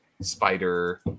Spider